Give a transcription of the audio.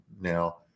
now